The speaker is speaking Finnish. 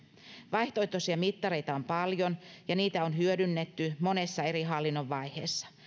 vaihtoehtoisia mittareita on paljon ja niitä on hyödynnetty monessa eri hallinnonvaiheessa